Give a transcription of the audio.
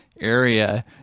area